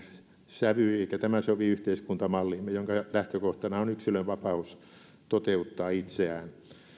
sävy eikä tämä sovi yhteiskuntamalliimme jonka lähtökohtana on yksilön vapaus toteuttaa itseään